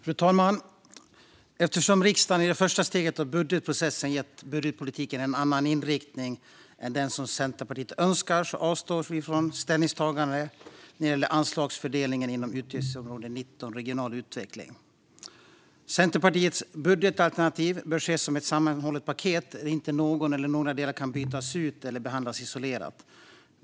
Fru talman! Eftersom riksdagen i det första steget av budgetprocessen har gett budgetpolitiken en annan inriktning än den som Centerpartiet önskar avstår vi från ställningstagande när det gäller anslagsfördelningen inom utgiftsområde 19 Regional utveckling. Centerpartiets budgetalternativ bör ses som ett sammanhållet paket där inte någon eller några delar kan brytas ut och behandlas isolerat.